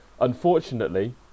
Unfortunately